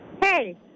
Hey